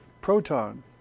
proton